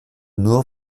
nur